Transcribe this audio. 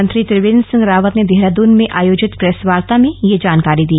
मुख्यमंत्री त्रिवेंद्र सिंह रावत ने देहरादून में आयोजित प्रेस वार्ता में यह जानकारी दी